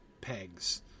pegs